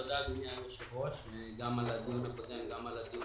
תודה אדוני היושב ראש גם על הדיון הקודם וגם על הדיון